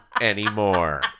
anymore